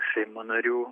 seimo narių